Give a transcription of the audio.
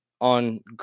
on